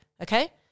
Okay